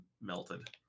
melted